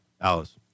Alice